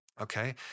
Okay